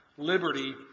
liberty